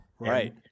Right